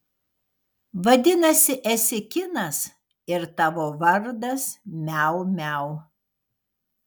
vadinasi esi kinas ir tavo vardas miau miau